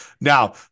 Now